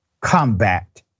combat